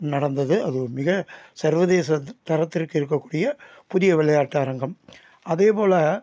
நடந்தது அது ஒரு மிக சர்வதேச தரத்திற்கு இருக்கக்கூடிய புதிய விளையாட்டு அரங்கம் அதே போல்